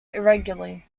irregularly